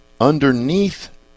underneath